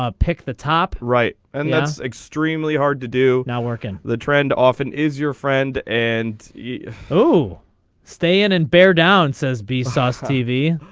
ah pick the top right and that's extremely hard to do now work in the trend often is your friend and you stay in in bear down says be sauce tv.